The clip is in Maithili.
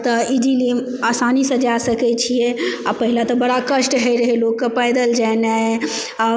तऽ इजिली आसानीसँ जाय सकैत छियै आ पहिले तऽ बड़ा कष्ट होइ रहै लोकके पैदल जेनाइ आ